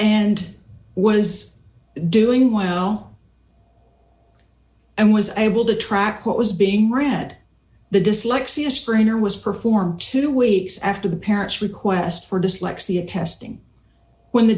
and was doing well and was able to track what was being read the dyslexia screener was performed two weeks after the parents request for dyslexia testing when the